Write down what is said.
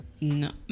No